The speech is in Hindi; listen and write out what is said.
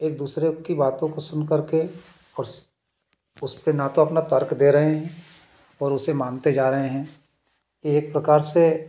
एक दूसरे की बातों को सुनकर के उसपे ना तो अपना तर्क दे रहे हैं और उसे मानते जा रहे हैं एक प्रकार से